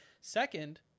Second